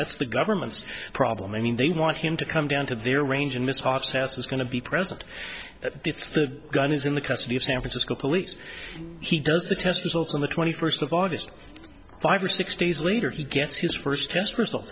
that's the government's problem i mean they want him to come down to their range in this process was going to be present at the gun is in the custody of san francisco police he does the test results on the twenty first of august five or six days later he gets his first test results